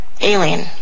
alien